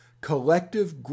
collective